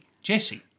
Jesse